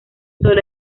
sólo